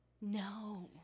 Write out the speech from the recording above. no